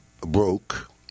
broke